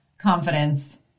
confidence